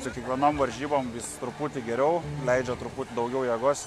su kiekvienom varžybom vis truputį geriau leidžia truputį daugiau jėgos